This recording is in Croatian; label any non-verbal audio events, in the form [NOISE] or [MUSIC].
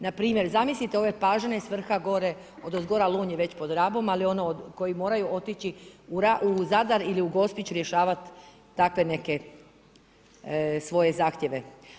Npr. zamislite ove Pažane s vrha gore, odozgora … [UNINTELLIGIBLE] on je već pod Rabom ali oni koji moraju otići u Zadar ili Gospić rješavati takve neke svoje zahtjeve.